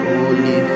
Holy